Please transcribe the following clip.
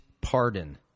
pardon